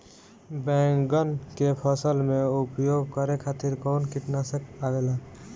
बैंगन के फसल में उपयोग करे खातिर कउन कीटनाशक आवेला?